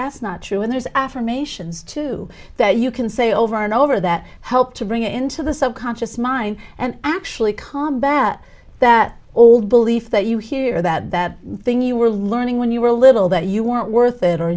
that's not true and there's affirmations too that you can say over and over that help to bring it into the subconscious mind and actually combat that old belief that you hear that that thing you were learning when you were little that you weren't worth it or